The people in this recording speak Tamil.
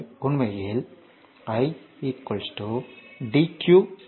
எனவே உண்மையில் idqdt